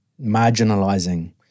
marginalizing